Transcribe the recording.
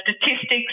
statistics